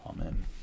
amen